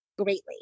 greatly